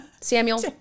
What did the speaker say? Samuel